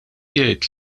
jgħid